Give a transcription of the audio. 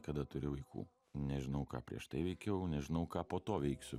kada turi vaikų nežinau ką prieš tai veikiau nežinau ką po to veiksiu